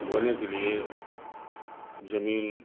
बोने के लिए जमीन